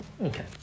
Okay